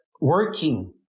working